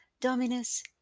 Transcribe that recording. Dominus